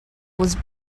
was